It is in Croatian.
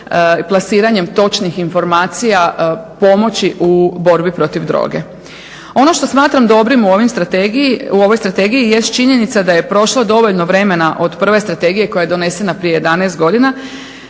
plasiranjem točnih informacija pomoći u borbi protiv droge. Ono što smatram dobrim u ovoj strategiji jest činjenica da je prošlo dovoljno vremena od prve strategije koja je donesena prije 11 godina